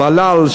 בלל,